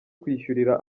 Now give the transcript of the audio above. kwishyurira